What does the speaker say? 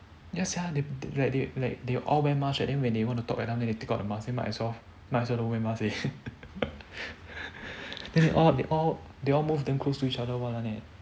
ya sia like that they like they all wear mask right then they want to talk at that time got take out the mask then might as well might as well don't wear mask already then they all they all they all move damn close to each other one eh